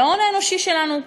זה ההון האנושי שלנו.